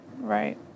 Right